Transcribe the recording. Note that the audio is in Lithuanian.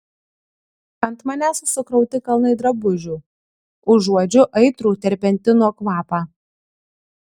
ant manęs sukrauti kalnai drabužių užuodžiu aitrų terpentino kvapą